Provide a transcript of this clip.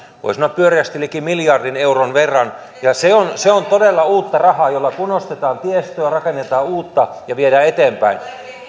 voi sanoa pyöreästi liki miljardin euron verran ja se on se on todella uutta rahaa jolla kunnostetaan tiestöä rakennetaan uutta ja viedään eteenpäin